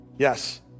Yes